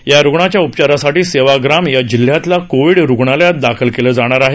या रुग्णाला उपचारासाठी सेवाग्राम या जिल्ह्यातल्या कोविड रुग्णालयात दाखल केलं जाणार आहे